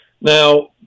Now